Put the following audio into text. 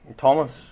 Thomas